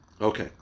Okay